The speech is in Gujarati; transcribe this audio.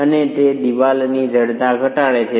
અને તે દિવાલની જડતા ઘટાડે છે